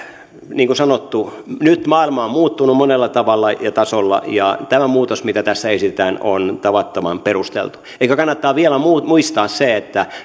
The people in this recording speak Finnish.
niin kuin sanottu nyt maailma on muuttunut monella tavalla ja tasolla ja tämä muutos mitä tässä esitetään on tavattoman perusteltu ehkä kannattaa vielä muistaa se että